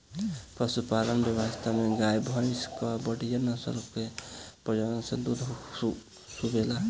पशुपालन व्यवस्था में गाय, भइंस कअ बढ़िया नस्ल कअ प्रजनन होला से दूध खूबे होला